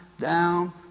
down